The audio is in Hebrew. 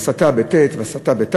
הסטה והסתה,